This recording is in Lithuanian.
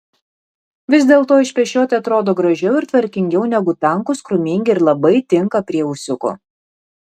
vis dėlto išpešioti atrodo gražiau ir tvarkingiau negu tankūs krūmingi ir labai tinka prie ūsiukų